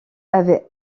avait